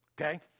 Okay